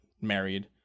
married